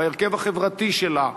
בהרכב החברתי שלה,